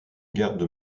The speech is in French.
gare